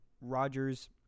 Rodgers